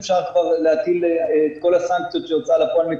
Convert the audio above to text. אפשר כבר להטיל את כל הסנקציות של הוצאה לפועל,